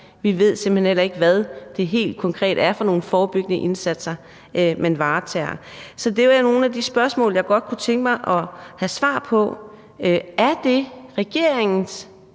vi ved simpelt hen ikke, hvad det helt konkret er for nogle forebyggende indsatser, man varetager. Så det er nogle af de spørgsmål, jeg godt kunne tænke mig at få svar på. Er det regeringens